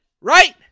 right